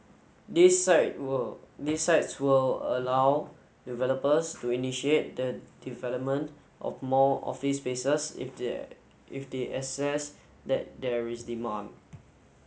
these site will these sites will allow developers to initiate the development of more office spaces if their if they assess that there is demand